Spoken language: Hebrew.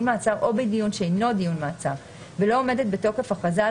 מעצר או בדיון שאינו דיון מעצר ולא עומדת בתוקף הכרזה על